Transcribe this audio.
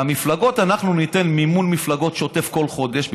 למפלגות אנחנו ניתן מימון מפלגות שוטף כל חודש,